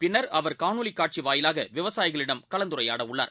பின்னர் அவர் காணொலிகாட்சிவாயிலாகவிவசாயிகளிடம் கலந்துரையாடவுள்ளார்